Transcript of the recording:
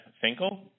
Finkel